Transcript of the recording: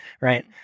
right